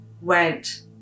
went